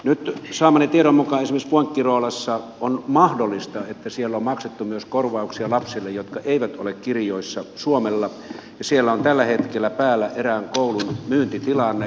nyt saamani tiedon mukaan esimerkiksi fuengirolassa on mahdollista että siellä on maksettu myös kor vauksia lapsille jotka eivät ole kirjoilla suomessa ja siellä on tällä hetkellä päällä erään koulun myyntitilanne